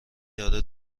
داره